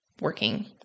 working